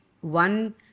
one